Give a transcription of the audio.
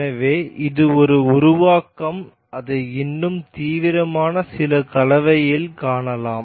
எனவே இது ஒரு உருவாக்கம் அதை இன்னும் தீவிரமான சில கலவைகளில் காணலாம்